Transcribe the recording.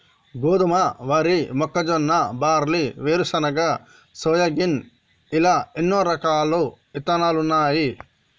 గోధుమ, వరి, మొక్కజొన్న, బార్లీ, వేరుశనగ, సోయాగిన్ ఇలా ఎన్నో రకాలు ఇత్తనాలున్నాయి